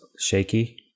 shaky